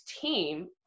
team